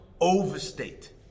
overstate